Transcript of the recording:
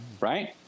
right